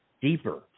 Deeper